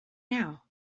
now